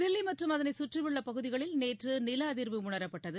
தில்லி மற்றும் அதனைச் சுற்றியுள்ள பகுதிகளில் நேற்று நில அதிர்வு உணரப்பட்டது